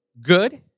good